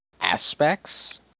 aspects